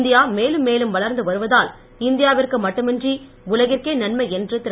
India மேலும் மேலும் வளர்ந்து வருவதால் இந்தியாவிற்கு மட்டுமின்றி உலகிற்கே நன்மை என்று திரு